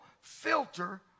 filter